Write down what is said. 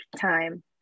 time